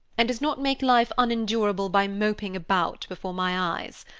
and does not make life unendurable by moping about before my eyes.